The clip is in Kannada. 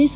ಎಸ್